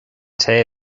tae